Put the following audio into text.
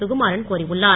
சுகுமாரன் கோரியுள்ளார்